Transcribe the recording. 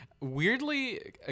Weirdly